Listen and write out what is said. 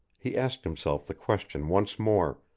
he asked himself the question once more,